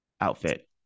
outfit